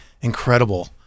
incredible